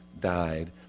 died